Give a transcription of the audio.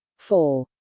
four.